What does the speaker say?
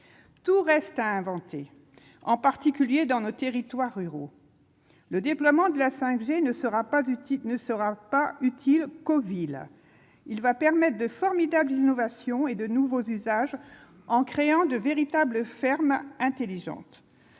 Tout reste à inventer, en particulier dans nos territoires ruraux. Le déploiement de la 5G ne sera pas utile qu'aux villes ; il permettra l'émergence de formidables innovations et de nouveaux usages, en créant de véritables fermes intelligentes.